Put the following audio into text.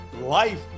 Life